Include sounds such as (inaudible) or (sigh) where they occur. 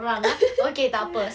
(laughs)